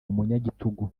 umunyagitugu